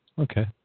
Okay